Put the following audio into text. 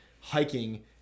hiking